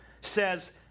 says